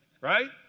Right